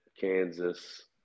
Kansas